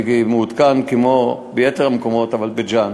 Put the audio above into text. אני מעודכן, כמו לגבי יתר המקומות, לגבי בית-ג'ן.